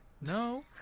no